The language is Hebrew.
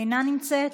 אינה נמצאת,